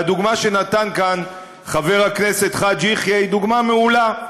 והדוגמה שנתן כאן חבר הכנסת חאג' יחיא היא דוגמה מעולה: